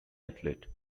athlete